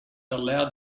allowed